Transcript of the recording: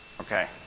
Okay